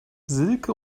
silke